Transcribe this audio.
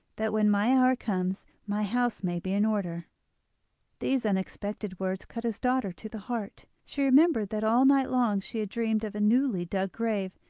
that when my hour comes my house may be in order these unexpected words cut his daughter to the heart she remembered that all night long she had dreamed of a newly dug grave,